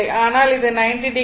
ஆனால் இது ∠90o